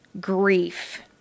grief